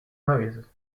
noise